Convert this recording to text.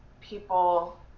people